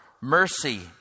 mercy